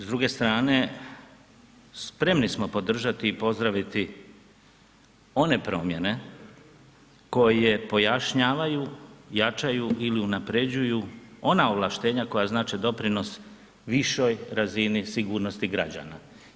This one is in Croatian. S druge strane, spremni smo podržati i pozdraviti one promjene koje pojašnjavaju, jačaju ili unaprjeđuju ona ovlaštenja koja znače doprinos višoj razini sigurnosti građana.